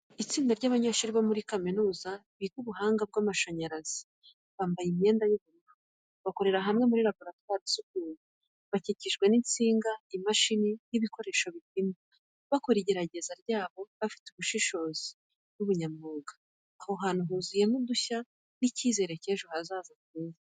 Itsinda ry’abanyeshuri bo muri kaminuza biga ubuhanga bw’amashanyarazi bambaye imyenda y’ubururu, bakorera hamwe mu laboratwari isukuye. Bakikijwe n’insinga, imashini n’ibikoresho bipima, bakora igerageza ryabyo bafite ubushishozi n’ubunyamwuga. Aho hantu huzuyemo udushya n’icyizere cy’ejo hazaza cyiza.